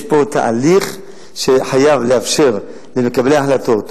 יש פה תהליך שחייב לאפשר למקבלי ההחלטות,